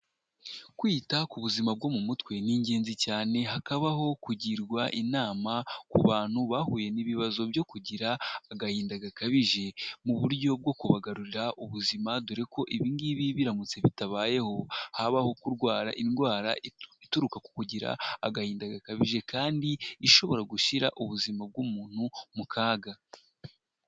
Kwita ku buzima bwo mu mutwe ni ingenzi cyane, hakabaho kugirwa inama ku bantu bahuye n'ibibazo byo kugira agahinda gakabije, mu buryo bwo kubagarurira ubuzima dore ko ibi ngibi biramutse bitabayeho, habaho kurwara indwara ituruka ku kugira agahinda gakabije, kandi ishobora gushyira ubuzima bw'umuntu mu kaga.